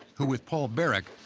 who, with paul barrick,